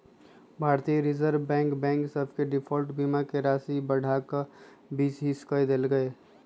भारतीय reserve bank bank सभ के डिफॉल्ट बीमा के राशि बढ़ा कऽ बीस हिस क देल्कै